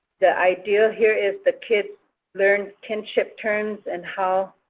the idea here is the kids learn kinship terms and how